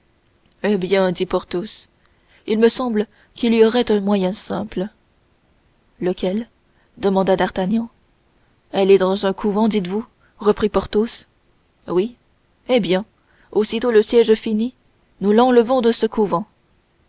eh bien dit porthos il me semble qu'il y aurait un moyen bien simple lequel demanda d'artagnan elle est dans un couvent dites-vous reprit porthos oui eh bien aussitôt le siège fini nous l'enlevons de ce couvent